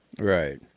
right